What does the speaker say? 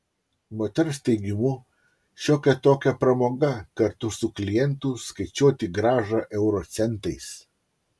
moters teigimu šiokia tokia pramoga kartu su klientu skaičiuoti grąžą euro centais